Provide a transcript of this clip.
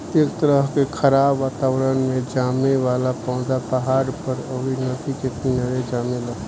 ए तरह के खराब वातावरण में जामे वाला पौधा पहाड़ पर, अउरी नदी के किनारे जामेला